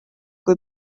kui